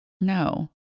No